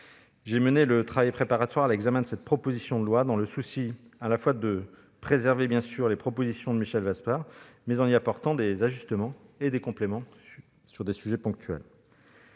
J'ai mené le travail préparatoire à l'examen de cette proposition de loi dans le souci de préserver les propositions de Michel Vaspart, mais en y apportant des ajustements et des compléments sur des sujets ponctuels.